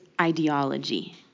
ideology